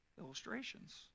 Illustrations